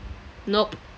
nope